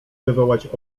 wywołać